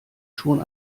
schon